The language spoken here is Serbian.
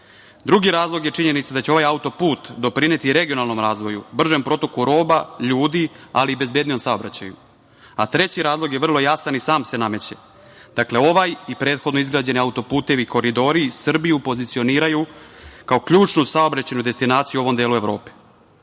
Drugi razlog je činjenica da će ovaj autoput doprineti regionalnom razvoju, bržem protoku roba, ljudi, ali i bezbednijem saobraćaju. Treći razlog je vrlo jasan, ali i sam se nameće, ovaj i prethodno izgrađeni autoputevi i koridori Srbiju pozicioniraju kao ključnu saobraćajnu destinaciju u ovom delu